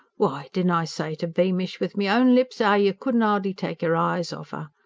why, didn't i say to beamish, with me own lips, ow you couldn't ardly take your eyes off er?